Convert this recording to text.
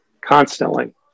constantly